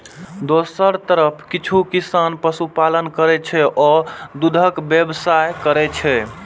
दोसर तरफ किछु किसान पशुपालन करै छै आ दूधक व्यवसाय करै छै